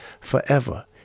forever